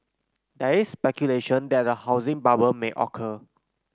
there's speculation that a housing bubble may occur